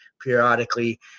periodically